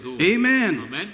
Amen